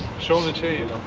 show the chain.